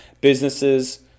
businesses